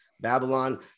Babylon